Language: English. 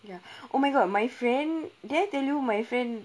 ya oh my god my friend did I tell you my friend